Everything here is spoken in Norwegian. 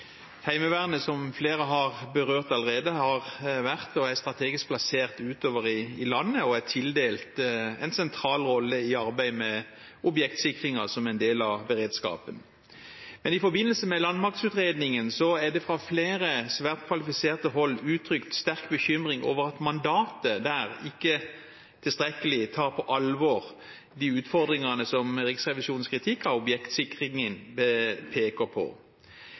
Heimevernet har, som flere har berørt allerede, vært og er strategisk plassert utover i landet og er tildelt en sentral rolle i arbeidet med objektsikringen som en del av beredskapen. Men i forbindelse med landmaktutredningen er det fra flere, svært kvalifiserte hold uttrykt sterk bekymring over at mandatet der ikke tilstrekkelig tar på alvor de utfordringene som Riksrevisjonens kritikk av objektsikringen peker på.